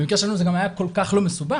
במקרה שלנו זה גם היה כל כך לא מסובך.